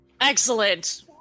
Excellent